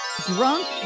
Drunk